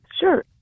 Sure